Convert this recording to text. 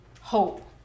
hope